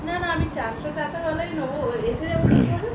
না না আমি চারশো টাকা হলেই নেব